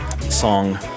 song